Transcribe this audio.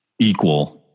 equal